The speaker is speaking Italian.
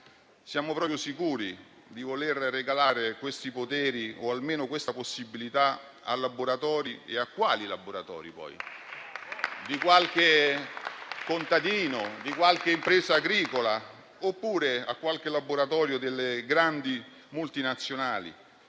Siamo proprio sicuri di voler regalare questi poteri - o, almeno, questa possibilità - a laboratori (a quali laboratori, peraltro?) di qualche contadino, di qualche impresa agricola oppure delle grandi multinazionali